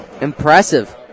Impressive